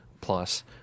plus